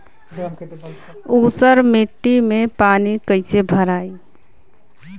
ऊसर मिट्टी में पानी कईसे भराई?